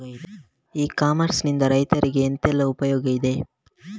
E commerce ನಿಂದ ರೈತರಿಗೆ ಎಂತೆಲ್ಲ ಉಪಯೋಗ ಇದೆ?